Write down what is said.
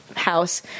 House